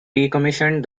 decommissioned